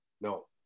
No